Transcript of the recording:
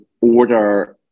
order